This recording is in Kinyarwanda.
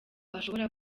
ashobora